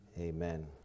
Amen